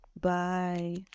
Bye